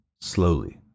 Slowly